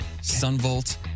Sunvolt